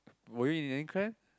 were you in any clan